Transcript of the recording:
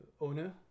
owner